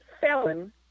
felon